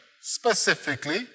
specifically